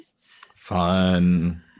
fun